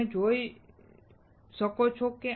તમે શું જુઓ છો